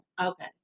Okay